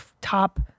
top